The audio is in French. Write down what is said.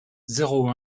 zéro